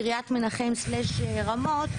קרית מנחם/רמות,